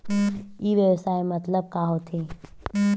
ई व्यवसाय मतलब का होथे?